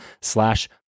slash